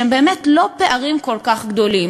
שהם באמת לא פערים כל כך גדולים,